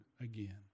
again